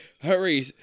Hurry